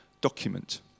document